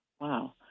Wow